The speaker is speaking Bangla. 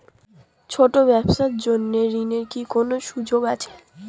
ছোট ব্যবসার জন্য ঋণ এর কি কোন সুযোগ আছে?